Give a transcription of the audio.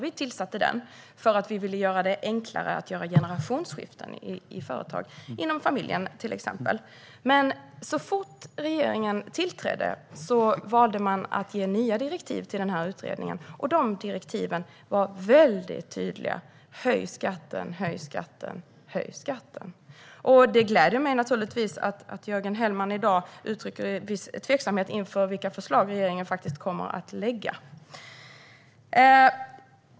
Vi tillsatte den för att vi ville göra det enklare att göra generationsskiften i företag, till exempel inom familjen. Men så fort regeringen tillträdde valde man att ge utredningen nya direktiv, och dessa direktiv var tydliga: Höj skatten! Höj skatten! Höj skatten! Det gläder mig att Jörgen Hellman nu uttrycker viss tveksamhet om vilka förslag regeringen faktiskt kommer att lägga fram.